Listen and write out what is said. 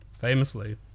Famously